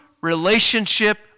relationship